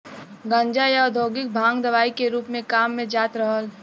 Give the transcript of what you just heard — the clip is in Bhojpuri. गांजा, या औद्योगिक भांग दवाई के रूप में काम में जात रहल